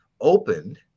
opened